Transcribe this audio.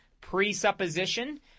presupposition